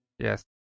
Yes